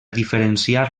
diferenciar